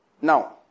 Now